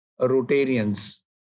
Rotarians